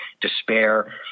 despair